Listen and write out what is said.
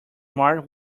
smart